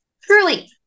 truly